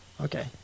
Okay